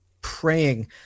praying